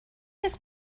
his